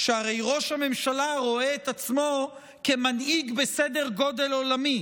שהרי ראש הממשלה רואה את עצמו כמנהיג בסדר גודל עולמי,